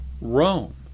Rome